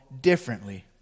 differently